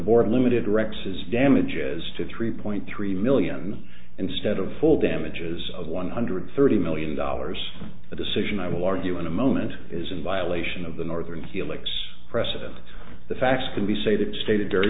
board limited directs his damages to three point three million instead of full damages of one hundred thirty million dollars the decision i will argue in a moment is in violation of the northern helix precedent the facts can be say that stated very